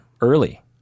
early